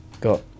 got